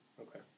Okay